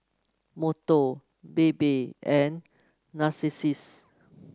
Monto Bebe and Narcissus